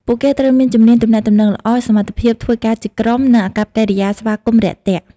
ពួកគេត្រូវមានជំនាញទំនាក់ទំនងល្អ សមត្ថភាពធ្វើការជាក្រុម និងអាកប្បកិរិយាស្វាគមន៍រាក់ទាក់។